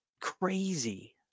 crazy